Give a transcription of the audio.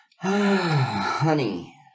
Honey